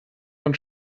von